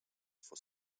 for